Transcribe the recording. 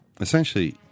Essentially